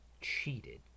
cheated